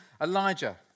Elijah